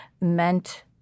meant